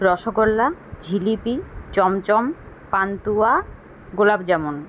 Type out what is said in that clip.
rasgulla jilipi chamcham pantua gulab jamun